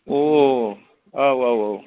अ औ औ औ